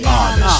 Honest